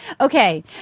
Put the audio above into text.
okay